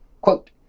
Quote